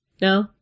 No